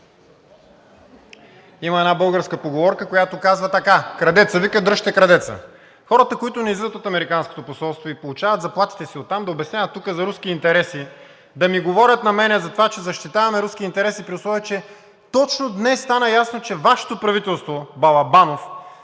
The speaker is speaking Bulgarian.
Има една българска поговорка, която казва така: „Крадецът вика: дръжте крадеца!“ Хората, които не излизат от Американското посолство и получават заплатите си оттам, да обясняват тук за руски интереси, да ми говорят за това, че защитаваме руски интереси, при условие че точно днес стана ясно, че Вашето правителство, Балабанов,